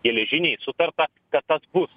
geležiniai sutarta kad tas bus